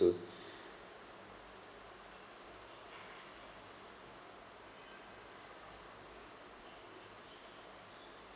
mm